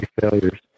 failures